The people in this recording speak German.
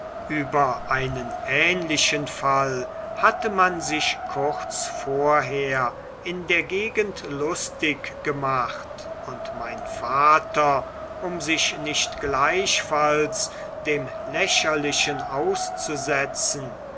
über einen ähnlichen fall hatte man sich kurz vorher in der gegend lustig gemacht und mein vater um sich nicht gleichfalls dem lächerlichen auszusetzen